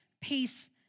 peace